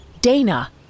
Dana